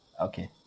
okay